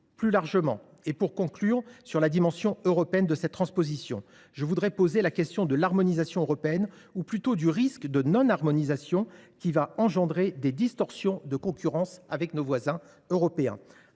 Plus largement, et pour conclure en ce qui concerne la dimension européenne de cette transposition, je voudrais poser la question de l’harmonisation européenne, ou plutôt, devrais je dire, du risque de non harmonisation, source de distorsions de concurrence avec nos voisins européens.